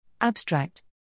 Abstract